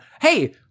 hey